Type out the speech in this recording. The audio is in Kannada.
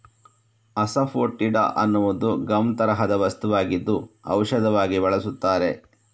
ಅಸಾಫೋಟಿಡಾ ಅನ್ನುವುದು ಗಮ್ ತರಹದ ವಸ್ತುವಾಗಿದ್ದು ಔಷಧವಾಗಿ ಬಳಸುತ್ತಾರೆ